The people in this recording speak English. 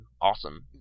Awesome